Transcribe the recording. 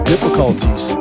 difficulties